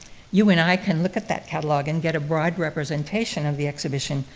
you and i could look at that catalogue and get a broad representation of the exhibition,